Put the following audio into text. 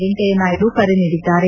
ವೆಂಕಯ್ಯನಾಯ್ಡು ಕರೆ ನೀಡಿದ್ದಾರೆ